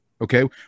Okay